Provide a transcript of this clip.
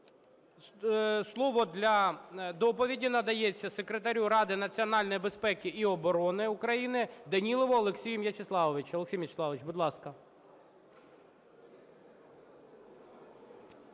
Слово для доповіді надається Секретарю Ради національної безпеки і оборони України Данілову Олексію Мячеславовичу. Олексій Мячеславович, будь ласка.